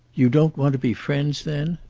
you don't want to be friends, then?